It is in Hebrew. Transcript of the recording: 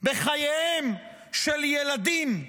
בחייהם של ילדים,